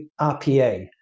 RPA